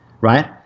right